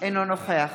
אינו נוכח